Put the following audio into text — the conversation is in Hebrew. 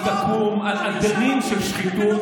היא תקום על אדנים של שחיתות,